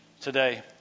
today